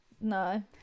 no